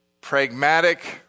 Pragmatic